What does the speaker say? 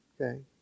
Okay